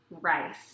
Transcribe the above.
rice